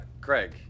Craig